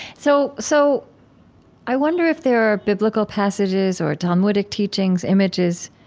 so so i wonder if there are biblical passages or talmudic teachings, images,